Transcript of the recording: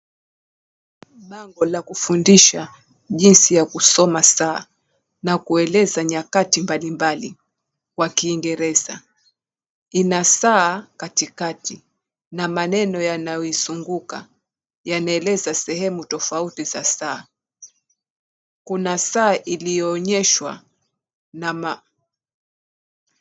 Bango la kufundisha jinsi ya kusoma saa na kueleza nyakati mbalimbali kwa kiingereza. Ina saa katikakati na maneno yanayoisunguka yanaeleza sehemu tofauti za saa, Kuna saa iliyoonyeshwa na ma...